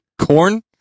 corn